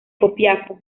copiapó